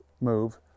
move